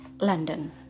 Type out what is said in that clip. London